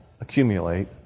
accumulate